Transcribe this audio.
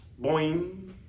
Boing